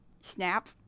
Snap